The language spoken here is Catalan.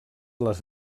les